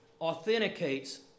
authenticates